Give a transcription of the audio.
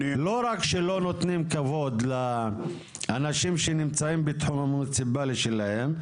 לא רק שלא נותנים כבוד לאנשים שנמצאים בתחום המוניציפאלי שלהם.